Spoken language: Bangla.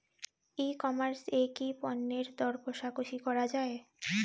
ই কমার্স এ কি পণ্যের দর কশাকশি করা য়ায়?